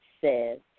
says